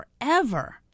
forever